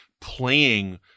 playing